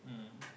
mmhmm